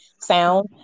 sound